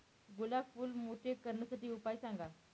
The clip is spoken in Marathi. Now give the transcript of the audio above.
गुलाब फूल मोठे करण्यासाठी उपाय सांगा?